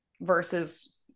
versus